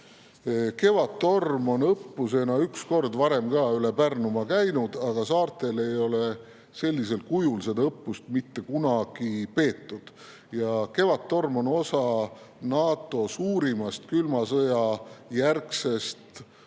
Kevadtorm on üks kord varem ka üle Pärnumaa käinud, aga saartel ei ole sellisel kujul seda õppust mitte kunagi peetud. Kevadtorm on osa NATO suurimast külma sõja järgsest õppusest